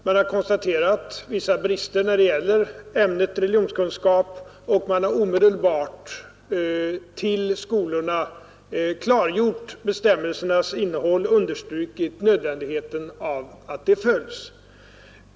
Man har konstaterat vissa brister när det gäller ämnet religionskunskap och man har omedelbart för skolorna klargjort bestämmelsernas innehåll och understrukit nödvändigheten av att de följs.